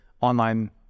online